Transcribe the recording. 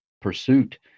pursuit